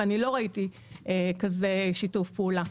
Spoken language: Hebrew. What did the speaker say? ואני לא ראיתי כזה שיתוף פעולה,